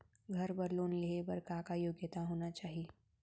घर बर लोन लेहे बर का का योग्यता होना चाही?